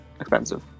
expensive